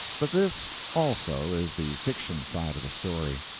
but this also is the fiction side of the story.